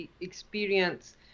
experience